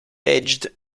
edged